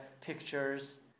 pictures